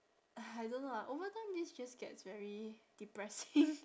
I don't know lah over time this just gets very depressing